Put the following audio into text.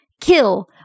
kill